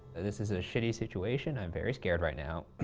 this is a shitty situation. i'm very scared right now.